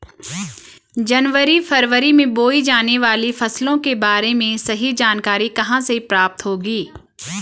जनवरी फरवरी में बोई जाने वाली फसलों के बारे में सही जानकारी कहाँ से प्राप्त होगी?